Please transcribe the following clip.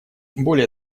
более